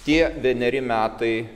tie vieneri metai